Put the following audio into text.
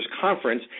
Conference